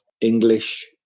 English